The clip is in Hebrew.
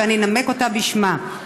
ואני אנמק אותה בשמה.